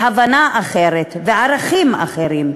הבנה אחרת וערכים אחרים.